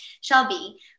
Shelby